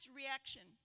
reaction